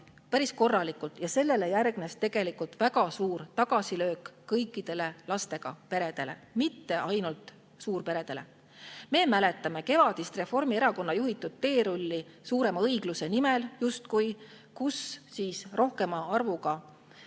päris korralikult, aga sellele järgnes tegelikult väga suur tagasilöök kõikidele lastega peredele, mitte ainult suurperedele. Me mäletame kevadist Reformierakonna juhitud teerulli justkui suurema õigluse nimel. Rohkemate lastega